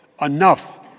Enough